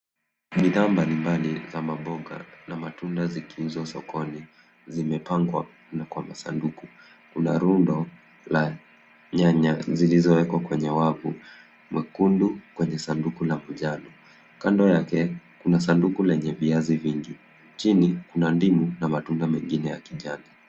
Bidhaa mbalimbali za mamboga na matunda zikiuzwa sokoni zimepangwa kwa masanduku. Kuna rundo la nyanya zilizoekwa kwenye wafu mwekendu kwenye sanduku la bujaru. Kando yake kuna viazi vingi. Chini kuna ndimu na matunda mengine ya kijani.